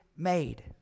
made